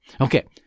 Okay